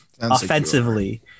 offensively